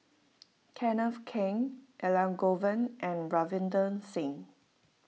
Kenneth Keng Elangovan and Ravinder Singh